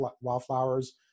wildflowers